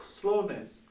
slowness